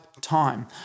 time